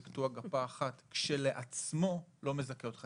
וקטוע גפה אחת כשלעצמו לא מזכה אותו.